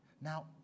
Now